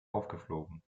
aufgeflogen